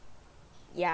ya